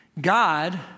God